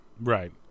Right